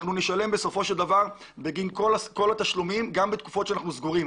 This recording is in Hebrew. אנחנו נשלם בסופו של דבר את כל התשלומים גם בתקופות שאנחנו סגורים.